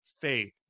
faith